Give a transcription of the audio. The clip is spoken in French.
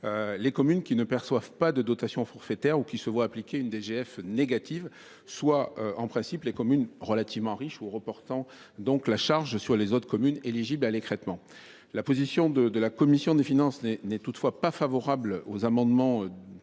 les communes ne percevant pas de dotation forfaitaire ou se voyant appliquer une DGF négative, soit en principe les communes relativement riches, ce qui reporterait la charge sur les autres communes éligibles à l’écrêtement. La commission des finances n’est toutefois pas favorable à un tel